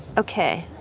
ok,